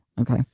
Okay